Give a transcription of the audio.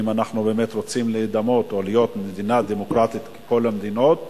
אם אנחנו באמת רוצים להידמות או להיות מדינה דמוקרטית ככל המדינות,